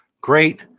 great